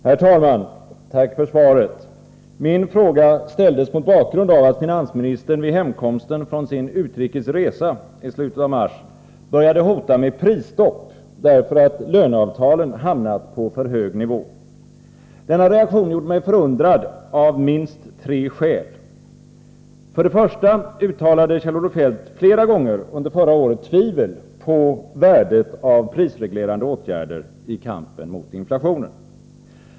Herr talman! Tack för svaret! Min fråga ställdes mot bakgrund av att finansministern vid hemkomsten från sin utrikes resa i slutet av mars började hota med prisstopp, därför att löneavtalen hamnat på för hög nivå. Denna reaktion gjorde mig förundrad av minst tre skäl. För det första uttalade Kjell-Olof Feldt flera gånger under förra året tvivel om värdet av prisreglerande åtgärder i kampen mot inflationen.